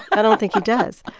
i don't think he does.